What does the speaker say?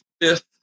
fifth